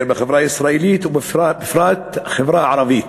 בחברה הישראלית ובפרט החברה הערבית.